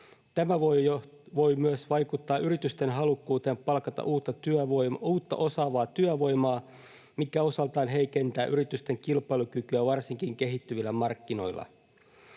Tämä voi myös vaikuttaa yritysten halukkuuteen palkata uutta osaavaa työvoimaa, mikä osaltaan heikentää yritysten kilpailukykyä varsinkin kehittyvillä markkinoilla.